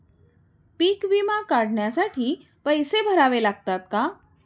पीक विमा काढण्यासाठी पैसे भरावे लागतात का?